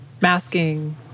masking